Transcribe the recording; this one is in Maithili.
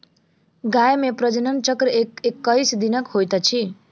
गाय मे प्रजनन चक्र एक्कैस दिनक होइत अछि